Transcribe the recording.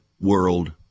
world